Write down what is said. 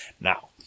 Now